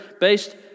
based